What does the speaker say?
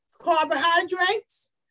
carbohydrates